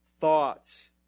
Thoughts